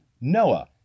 Noah